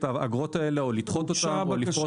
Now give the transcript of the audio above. האגרות הללו או לדחות אותם או לפרוס אותם.